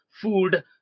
food